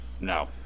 no